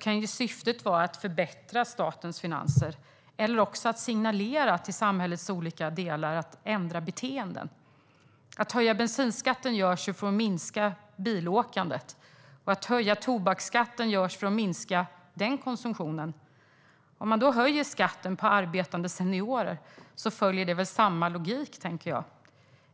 kan syftet vara att förbättra statens finanser eller att signalera till samhällets olika delar att ändra beteenden. Att höja bensinskatten görs för att minska bilåkandet. Att höja tobaksskatten görs för att minska den konsumtionen. Om man höjer skatten på arbetande seniorer följer det väl samma logik, tänker jag.